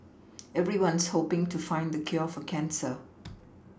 everyone's hoPing to find the cure for cancer